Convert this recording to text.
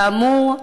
כאמור,